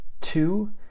Two